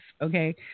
okay